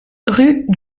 rue